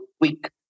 quick